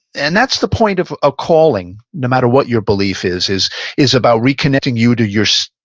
and that's the point of a calling. no matter what your belief is, is is about reconnecting you to your, so